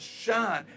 shine